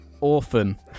Orphan